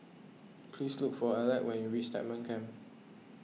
please look for Alec when you reach Stagmont Camp